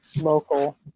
local